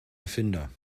erfinder